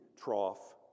trough